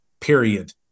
period